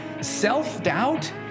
self-doubt